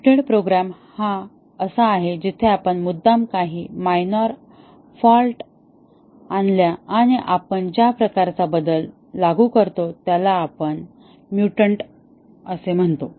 muted program हा असा आहे जिथे आपण मुद्दाम काही मायनॉर फॉल्ट आणल्या आणि आपण ज्या प्रकारचा बदल लागू करतो त्याला आपण म्युटंट म्हणतो